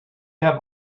have